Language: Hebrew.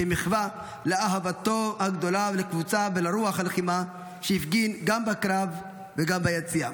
כמחווה לאהבתו הגדולה לקבוצה ולרוח הלחימה שהפגין גם בקרב וגם ביציע.